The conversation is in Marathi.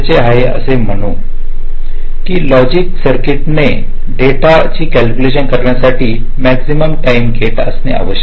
ती असे म्हणत की लॉजिक सर्किटने डेटाची कॅल्क्युलेशन करण्यासाठी मॅक्सिमम टाईम गेट करणे आवश्यक आहे